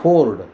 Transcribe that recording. ford